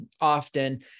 often